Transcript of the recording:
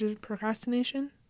procrastination